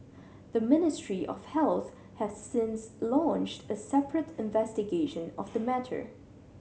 the Ministry of Health has since launched a separate investigation of the matter